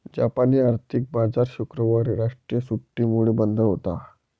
जापानी आर्थिक बाजार शुक्रवारी राष्ट्रीय सुट्टीमुळे बंद होता